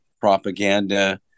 propaganda